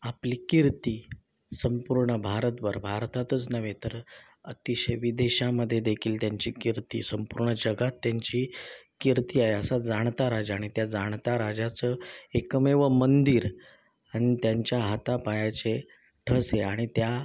आपली कीर्ती संपूर्ण भारतभर भारतातच नव्हे तर अतिशय विदेशामध्ये देखील त्यांची कीर्ती संपूर्ण जगात त्यांची कीर्ती आहे असा जाणता राजा आणि त्या जाणता राजाचं एकमेव मंदिर आणि त्यांच्या हातापायाचे ठसे आणि त्या